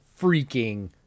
freaking